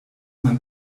man